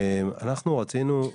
אנחנו רצינו,